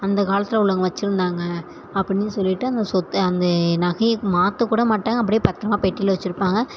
அந்த காலத்தில் உள்ளவங்கள் வெச்சுருந்தாங்க அப்படின்னு சொல்லிட்டு அந்த சொத்தை அந்த நகையை மாற்ற கூட மாட்டாங்க அப்படியே பத்திரமா பெட்டியில் வச்சுருப்பாங்க